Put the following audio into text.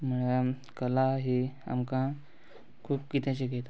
म्हणल्यार कला ही आमकां खूब कितें शिकयता